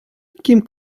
кім